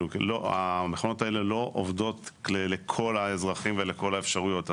המכונות האלה לא עובדות לכל האזרחים ולכל האפשרויות.